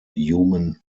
human